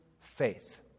faith